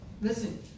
Listen